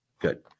good